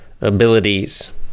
abilities